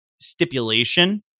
stipulation